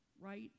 right